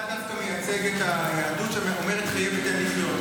אתה דווקא מייצג את היהדות שאומרת חיה ותן לחיות.